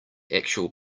actual